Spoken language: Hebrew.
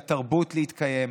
לתרבות להתקיים.